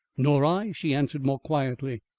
nor i, she answered more quietly.